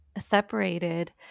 separated